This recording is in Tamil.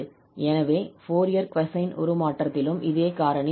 எனவே ஃபோரியர் கொசைன் உருமாற்றத்திலும் இதே காரணி உள்ளது